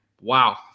Wow